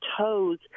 toes